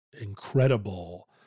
incredible